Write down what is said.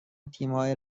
تیمهای